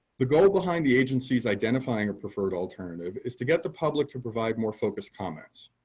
the goal behind the agencies identifying a preferred alternative is to get the public to provide more focused comments.